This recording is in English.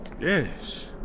Yes